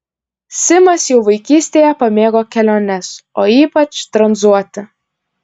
simas jau vaikystėje pamėgo keliones o ypač tranzuoti